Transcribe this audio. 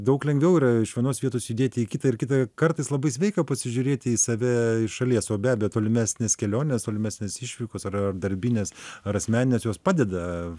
daug lengviau yra iš vienos vietos judėti į kitą ir kita kartais labai sveika pasižiūrėti į save šalies o be tolimesnės kelionės tolimesnės išvykos ar darbinės ar asmeninės jos padeda